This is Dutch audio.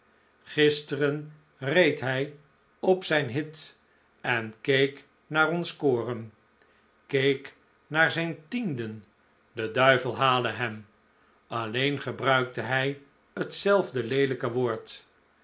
gisteren reed hij op zijn hit en keek naar ons koren keek naar zijn tienden de duivel hale hem alleen gebruikte hij hetzelfde leelijke woord